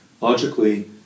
logically